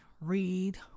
read